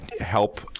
help